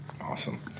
Awesome